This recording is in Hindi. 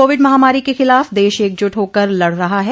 कोविड महामारी के खिलाफ देश एकजुट होकर लड़ रहा है